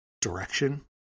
direction